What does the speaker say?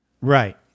Right